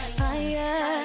fire